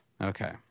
Okay